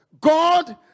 God